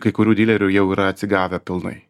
kai kurių dylerių jau yra atsigavę pilnai